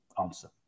answer